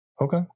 okay